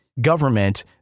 government